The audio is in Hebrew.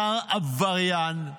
שר עבריין,